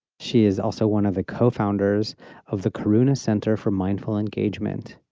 she is also one of the cofounders of the karuna center for mindful engagement.